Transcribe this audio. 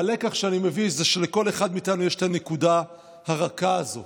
והלקח שאני מביא זה שלכל אחד מאיתנו יש את הנקודה הרכה הזו.